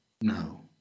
no